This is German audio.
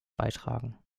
beitragen